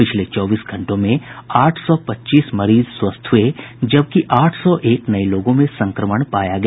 पिछले चौबीस घंटों में आठ सौ पच्चीस मरीज स्वस्थ हुए जबकि आठ सौ एक नये लोगों में संक्रमण पाया गया